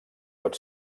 pot